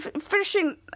finishing